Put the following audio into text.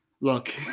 Look